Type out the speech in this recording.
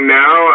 now